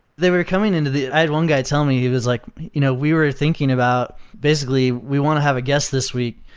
they were coming into the i had one guy tell me it was like you know we were thinking about, basically, we want to have a guest this week,